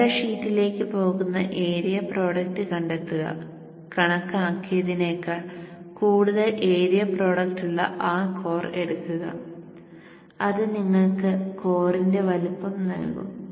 data ഷീറ്റിലേക്ക് പോകുന്ന area product കണ്ടെത്തുക കണക്കാക്കിയതിനേക്കാൾ കൂടുതൽ ഏരിയ പ്രോഡക്റ്റ് ഉള്ള ആ കോർ എടുക്കുക അത് നിങ്ങൾക്ക് കോറിന്റെ വലുപ്പം നൽകും